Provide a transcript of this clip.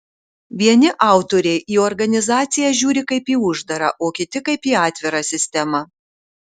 vieni autoriai į organizaciją žiūri kaip į uždarą o kiti kaip į atvirą sistemą